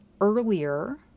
earlier